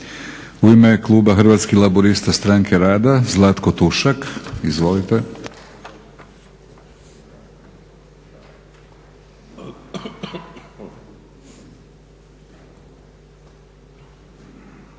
U ime kluba Hrvatskih laburista-stranke rada, Zlatko Tušak. Izvolite.